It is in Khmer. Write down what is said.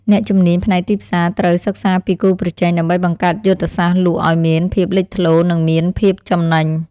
អ្នកជំនាញផ្នែកទីផ្សារត្រូវសិក្សាពីគូប្រជែងដើម្បីបង្កើតយុទ្ធសាស្ត្រលក់ឱ្យមានភាពលេចធ្លោនិងមានភាពចំណេញ។